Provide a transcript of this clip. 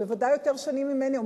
בוודאי יותר שנים ממני.